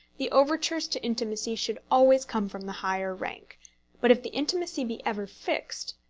the overtures to intimacy should always come from the higher rank but if the intimacy be ever fixed,